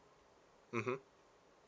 mmhmm